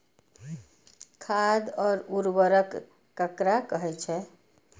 खाद और उर्वरक ककरा कहे छः?